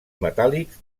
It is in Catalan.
metàl·lics